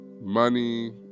money